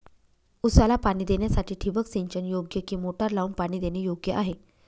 ऊसाला पाणी देण्यासाठी ठिबक सिंचन योग्य कि मोटर लावून पाणी देणे योग्य आहे?